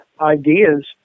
ideas